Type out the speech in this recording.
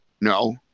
No